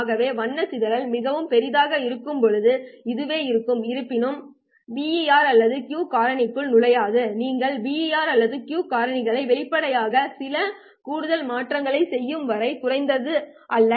ஆகவே வண்ண சிதறல் மிகப் பெரியதாக இருக்கும்போது இதுவே இருக்கும் இருப்பினும் இது BER அல்லது Q காரணிக்குள் நுழையாது நீங்கள் BER அல்லது Q காரணிக்கான வெளிப்பாடுகளை சில கூடுதல் மாற்றங்களைச் செய்யும் வரை குறைந்தது அல்ல